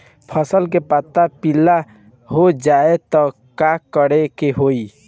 फसल के पत्ता पीला हो जाई त का करेके होई?